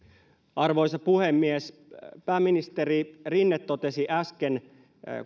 arvoisa puhemies pääministeri rinne totesi äsken